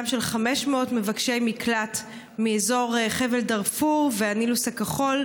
של 500 מבקשי מקלט מאזור חבל דארפור והנילוס הכחול,